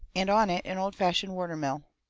and on it an old-fashioned worter mill.